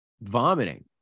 vomiting